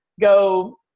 go